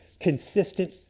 consistent